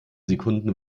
sekunden